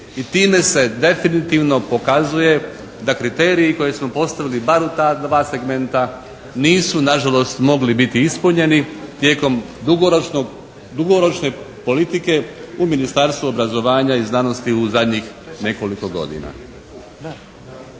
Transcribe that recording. I time se definitivno pokazuje da kriteriji koje smo postavili bar u ta dva segmenta nisu nažalost mogli biti ispunjeni tijekom dugoročne politike u Ministarstvo obrazovanja i znanosti u zadnjih nekoliko godina.